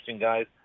guy's